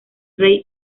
rey